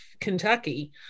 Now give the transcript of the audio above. Kentucky